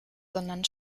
sondern